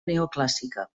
neoclàssica